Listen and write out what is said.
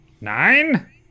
Nine